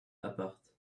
apart